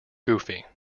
goofy